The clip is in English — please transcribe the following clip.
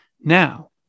Now